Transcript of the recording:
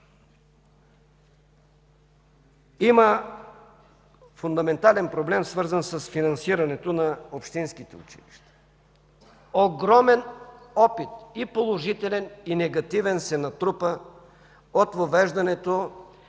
Има фундаментален проблем, свързан с финансирането на общинските училища. Огромен опит – и положителен, и негативен, се натрупа от въвеждането